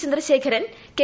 Chandrasekharan K